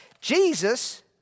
Jesus